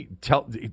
Tell